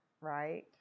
Right